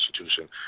institution